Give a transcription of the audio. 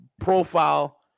profile